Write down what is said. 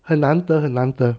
很难得很难得